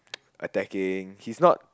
attacking he's not